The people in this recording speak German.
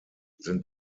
sind